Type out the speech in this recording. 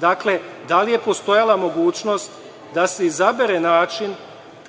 Dakle, da li je postojala mogućnost da se izabere način